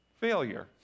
failure